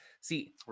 See